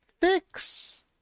fix